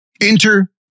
Enter